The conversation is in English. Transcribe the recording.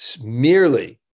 merely